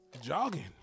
Jogging